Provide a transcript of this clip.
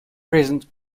present